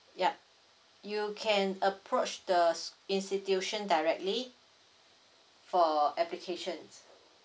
yup you can approach the sc~ institution directly for application